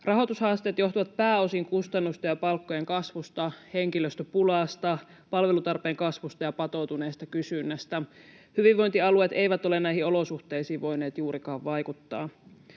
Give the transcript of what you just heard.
Rahoitushaasteet johtuvat pääosin kustannusten ja palkkojen kasvusta, henkilöstöpulasta, palvelutarpeen kasvusta ja patoutuneesta kysynnästä. Hyvinvointialueet eivät ole näihin olosuhteisiin voineet juurikaan vaikuttaa.